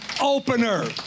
opener